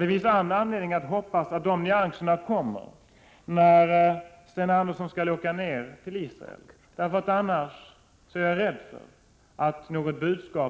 Det finns all anledning att hoppas att dessa nyanser finns med när Sten Andersson reser till Israel. Annars är jag rädd för att